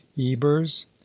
ebers